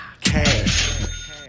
Cash